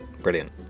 brilliant